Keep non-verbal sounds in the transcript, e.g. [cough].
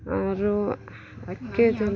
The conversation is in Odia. ଆରୁ ଆଗ୍କେ [unintelligible]